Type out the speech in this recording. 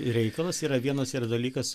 reikalas yra vienas yra dalykas